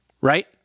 right